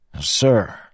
Sir